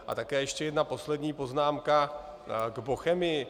A také ještě jedna poslední poznámka k Bochemii.